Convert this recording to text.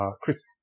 Chris